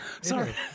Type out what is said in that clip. sorry